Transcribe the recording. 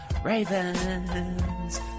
ravens